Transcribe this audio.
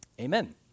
Amen